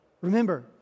Remember